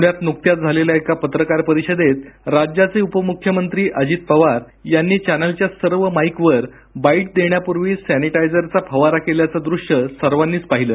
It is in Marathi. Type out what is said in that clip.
पुण्यात नुकत्याच झालेल्या एका पत्रकार परिषदेत राज्याचे उपमुख्यमंत्री अजित पवार यांनी चॅनलच्या सर्व माईकवर बाईट देण्यापूर्वी सैनीटायझरचा फवारा केल्याचे दृश्य सर्वांनी पाहिलं